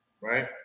right